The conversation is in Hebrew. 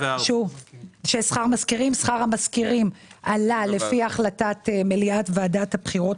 שכר המזכירים עלה לפי החלטת מליאת ועדת הבחירות